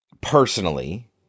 Personally